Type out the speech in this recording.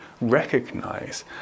recognize